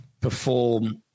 perform